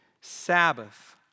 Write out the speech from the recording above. Sabbath